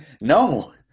No